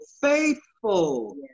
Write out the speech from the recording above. faithful